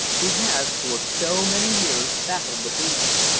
who has for so many years baffled the police.